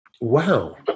wow